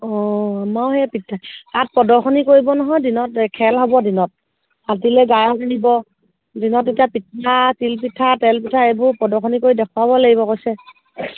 অঁ ময়ো সেই পিঠা তাত প্ৰদৰ্শনী কৰিব নহয় দিনত খেল হ'ব দিনত ৰাতিলৈ গায়ক আনিব দিনত এতিয়া পিঠা তিলপিঠা তেলপিঠা এইবোৰ প্ৰদৰ্শনী কৰি দেখুৱাব লাগিব কৈছে